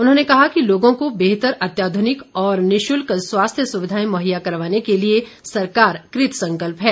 उन्होंने कहा कि लोगों को बेहतर अत्याध्रनिक और निशुल्क स्वास्थ्य सुविधाएं मुहैया करवाने के लिए सरकार कृतसंकल्प है